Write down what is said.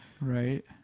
right